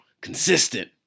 consistent